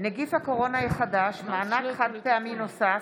נגיף הקורונה החדש) (מענק חד-פעמי נוסף),